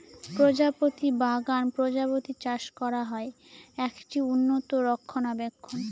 প্রজাপতি বাগান প্রজাপতি চাষ করা হয়, একটি উন্নত রক্ষণাবেক্ষণ